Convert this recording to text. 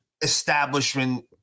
establishment